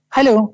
Hello